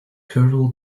colonel